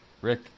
Rick